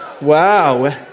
Wow